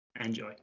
Enjoy